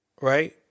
Right